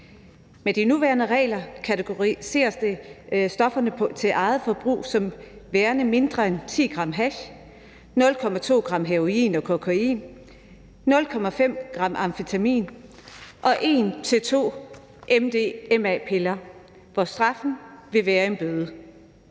Med de nuværende regler kategoriseres stofferne til eget forbrug som værende mindre end 10 g hash, 0,2 g heroin og kokain, 0,5 g amfetamin og 1-2 MDMA-piller, hvor straffen vil være en bøde.